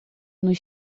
nos